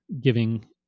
giving